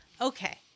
Okay